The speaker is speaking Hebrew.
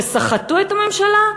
שסחטו את הממשלה,